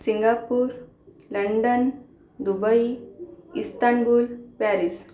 Singapore London Dubai Istanbul Paris